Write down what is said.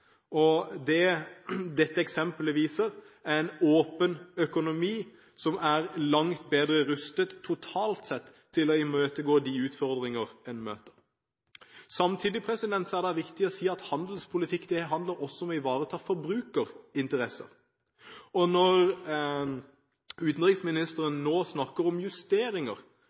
og det dette eksemplet viser, er at en åpen økonomi er langt bedre rustet, totalt sett, til å imøtekomme de utfordringer man møter. Samtidig er det viktig å si at handelspolitikk også handler om å ivareta forbrukerinteresser. Når utenriksministeren nå snakker om